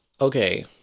Okay